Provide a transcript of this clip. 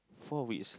four wheels